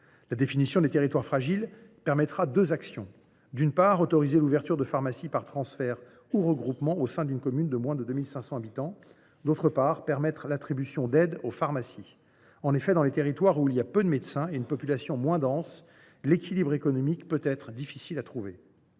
La définition des territoires fragiles permettra deux actions : premièrement, l’ouverture de pharmacies par transfert ou regroupement dans des communes de moins de 2 500 habitants ; deuxièmement, l’attribution d’aides aux officines. En effet, dans les territoires où il y a peu de médecins et où la population est moins dense, l’équilibre économique peut être difficile à trouver.